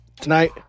tonight